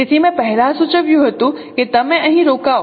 તેથી મેં પહેલાં સૂચવ્યું હતું કે તમે અહીં રોકાઓ